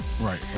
Right